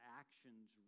actions